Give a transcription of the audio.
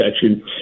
section